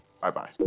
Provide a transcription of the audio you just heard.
Bye-bye